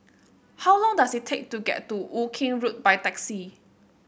how long does it take to get to Woking Road by taxi